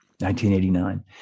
1989